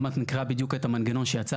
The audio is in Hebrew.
עוד מעט נקרא בדיוק את המנגנון שיצרנו.